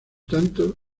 tanto